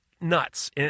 nuts